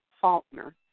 Faulkner